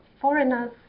foreigners